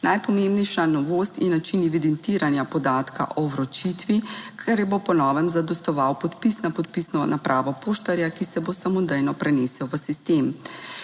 Najpomembnejša novost je način evidentiranja podatka o vročitvi, kar bo po novem zadostoval podpis na podpisno napravo poštarja, ki se bo samodejno prenesel v sistem.